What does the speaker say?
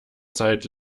zeit